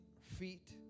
feet